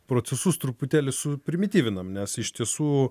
procesus truputėlį suprimityvinam nes iš tiesų